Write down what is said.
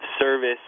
service